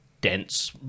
dense